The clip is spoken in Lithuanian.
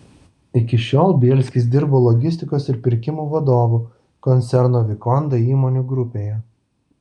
iki šiol bielskis dirbo logistikos ir pirkimų vadovu koncerno vikonda įmonių grupėje